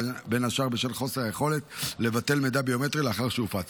בין השאר בשל חוסר היכולת לבטל מידע ביומטרי לאחר שהופץ.